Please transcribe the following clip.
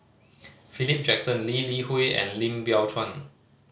Philip Jackson Lee Li Hui and Lim Biow Chuan